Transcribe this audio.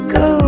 go